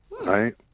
right